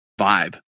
vibe